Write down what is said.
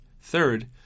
Third